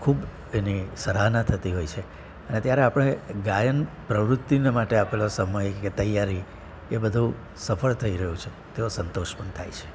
ખૂબ એની સરાહના થતી હોય છે અને ત્યારે આપણે ગાયન પ્રવૃત્તિને માટે આપેલો સમય કે તૈયારી એ બધું સફળ થઈ રહ્યું છે તેવો સંતોષ પણ થાય છે